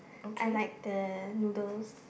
I like the noodles